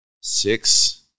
six